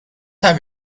have